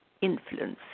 influence